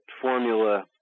formula